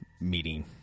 meeting